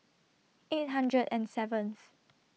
eight hundred and seventh